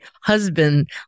husband